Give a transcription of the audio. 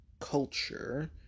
culture